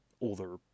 older